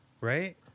right